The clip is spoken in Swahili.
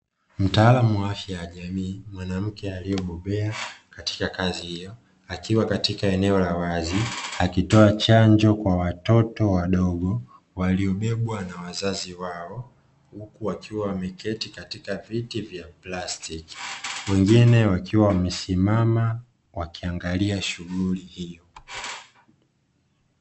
Mtaalamu wa afya ya jamii mwanamke aliyebobea katika kazi hiyo akiwa katika eneo la wazi, akitoa chanjo kwa watoto wadogo waliobebwa na wazazi wao, huku wakiwa wameketi katika viti vya plastiki, wengine wakiwa wamesimama wakiangalia shughuli hiyo.